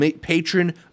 patron